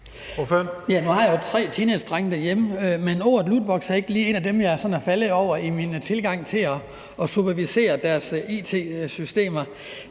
Nu har jeg jo tre teenagedrenge derhjemme, men ordet lootboks er ikke lige et af de ord, jeg sådan er faldet over i min tilgang til at supervisere deres it-systemer.